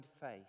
faith